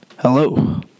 Hello